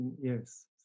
Yes